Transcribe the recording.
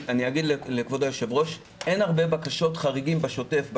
אני אגיד לכבוד היושב-ראש שאין הרבה בקשות חריגים בשוטף,